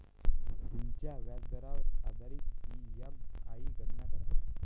तुमच्या व्याजदरावर आधारित ई.एम.आई गणना करा